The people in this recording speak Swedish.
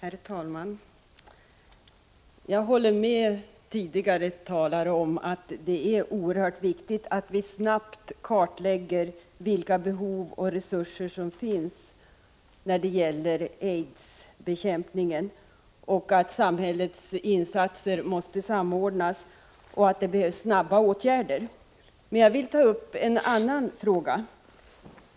Herr talman! Jag håller med tidigare talare om att det är oerhört viktigt att vi snabbt kartlägger vilka behov och resurser som finns när det gäller aidsbekämpningen. Samhällets insatser måste samordnas, och det behövs snara åtgärder. Jag vill emellertid ta upp en annan fråga.